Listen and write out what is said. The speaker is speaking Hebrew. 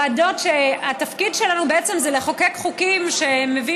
ועדות שהתפקיד שלהן הוא בעצם לחוקק חוקים שמביא